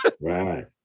Right